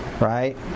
right